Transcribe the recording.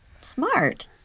Smart